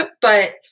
but-